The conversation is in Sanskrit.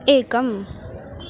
एकम्